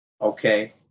okay